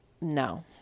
no